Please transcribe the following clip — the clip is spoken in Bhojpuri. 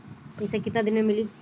पैसा केतना दिन में मिली?